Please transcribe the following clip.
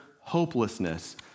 hopelessness